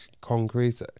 concrete